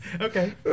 Okay